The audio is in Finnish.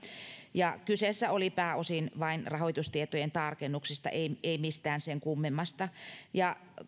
kyse oli pääosin vain rahoitustietojen tarkennuksista ei mistään sen kummemmasta